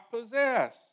possess